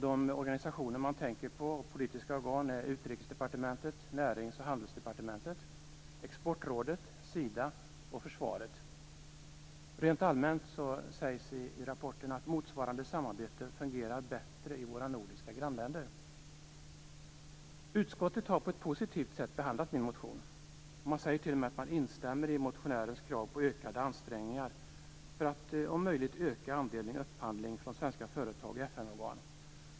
De organisationer och politiska organ man tänker på är Utrikesdepartementet, Närings och handelsdepartementet, Exportrådet, Sida och Försvaret. Rent allmänt sägs i rapporten att motsvarande samarbete fungerar bättre i våra nordiska grannländer. Utskottet har på ett positivt sätt behandlat min motion. Man säger t.o.m. att man instämmer i motionärens krav på ökade ansträngningar för att om möjligt öka upphandlingen från svenska företag i FN organ.